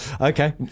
okay